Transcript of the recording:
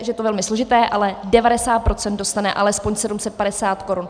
Je to velmi složité, ale 90 % dostane alespoň 750 korun.